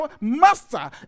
master